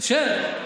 באתי לשבת.